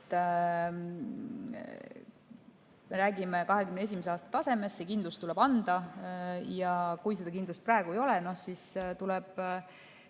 Me räägime 2021. aasta tasemest, see kindlus tuleb anda ja kui seda kindlust ei ole, siis tuleb